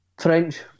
French